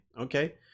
Okay